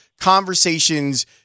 conversations